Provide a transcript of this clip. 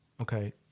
Okay